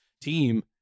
team